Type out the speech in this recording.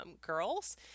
girls